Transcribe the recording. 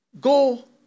Go